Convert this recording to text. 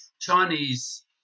Chinese